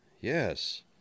yes